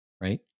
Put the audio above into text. right